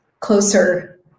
Closer